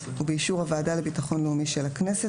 ובאישור הוועדה לביטחון לאומי של הכנסת,